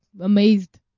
amazed